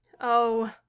Oh